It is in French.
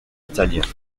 italien